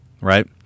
right